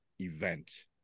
event